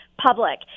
public